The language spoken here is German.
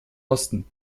osten